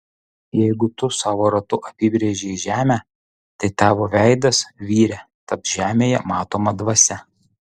jeigu tu savo ratu apibrėžei žemę tai tavo veidas vyre taps žemėje matoma dvasia